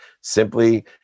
simply